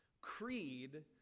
Creed